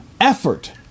effort